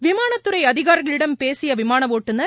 விமானத் துறை அதிகாரிகளிடம் பேசிய விமான ஒட்டுநர்